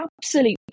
absolute